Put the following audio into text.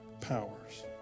powers